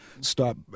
stop